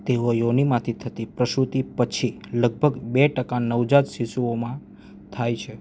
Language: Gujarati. તેઓ યોનિમાંથી થતી પ્રસુતિ પછી લગભગ બે ટકા નવજાત શિશુઓમાં થાય છે